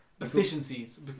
efficiencies